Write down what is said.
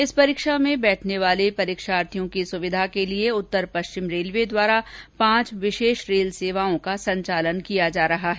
इस परीक्षा में बैठने वाले परीक्षार्थियों की सुविधा के लिये उत्तर पश्चिम रेलवे द्वारा पांच विशेष रेल सेवाओं का संचालन किया जा रहा है